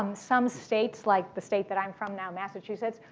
um some states like the state that i'm from now, massachusetts,